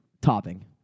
Topping